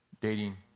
dating